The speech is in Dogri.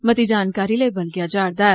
मती जानकारी लेई बलगेआ जार'दा ऐ